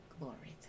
Glory